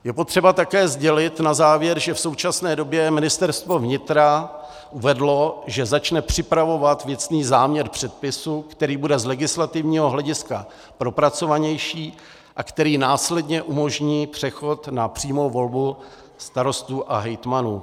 Je potřeba také sdělit na závěr, že v současné době Ministerstvo vnitra uvedlo, že začne připravovat věcný záměr předpisu, který bude z legislativního hlediska propracovanější a který následně umožní přechod na přímou volbu starostů a hejtmanů.